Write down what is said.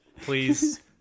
please